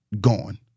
Gone